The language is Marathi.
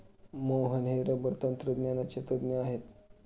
मोहन हे रबर तंत्रज्ञानाचे तज्ज्ञ आहेत